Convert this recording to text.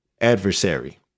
adversary